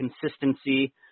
consistency